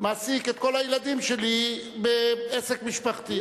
מעסיק את כל הילדים שלי בעסק משפחתי.